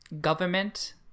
government